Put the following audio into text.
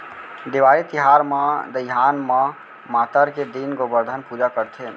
देवारी तिहार म दइहान म मातर के दिन गोबरधन पूजा करथे